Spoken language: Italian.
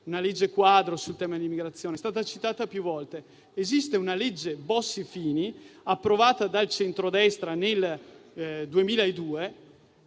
una legge quadro sul tema dell'immigrazione che è stata citata più volte. Esiste la legge Bossi-Fini, approvata dal centrodestra nel 2002,